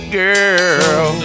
girl